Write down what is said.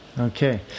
Okay